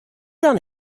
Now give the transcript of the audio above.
dan